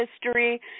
history